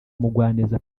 mugwaneza